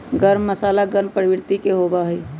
गर्म मसाला गर्म प्रवृत्ति के होबा हई